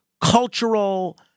cultural